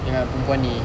dengan perempuan ni